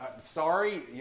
sorry